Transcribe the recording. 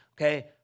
Okay